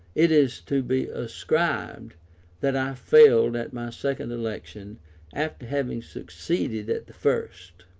it is to be ascribed that i failed at my second election after having succeeded at the first.